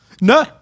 No